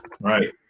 Right